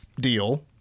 deal